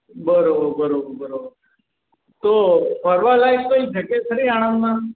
બરાબર બરાબર બરાબર તો ફરવાલાયક કંઈ જગ્યા ખરી આણંદમાં